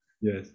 Yes